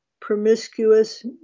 promiscuous